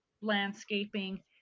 landscaping